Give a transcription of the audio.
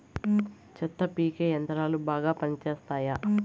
చెత్త పీకే యంత్రాలు బాగా పనిచేస్తాయా?